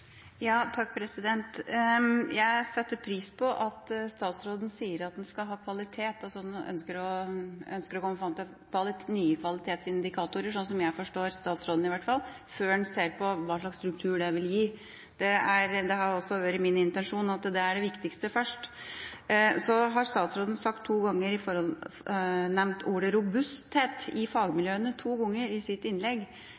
Jeg setter pris på at statsråden sier at en skal ha kvalitet, og at en ønsker å komme fram til nye kvalitetsindikatorer – slik som jeg forstår statsråden i hvert fall – før en ser på hva slags struktur det vil gi. Det har også vært min intensjon, at det er det viktigste først. Så nevnte statsråden ordene «robusthet» og «robust» i fagmiljøene – to ganger – i